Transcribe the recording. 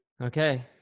Okay